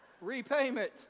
repayment